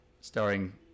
starring